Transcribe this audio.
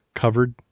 covered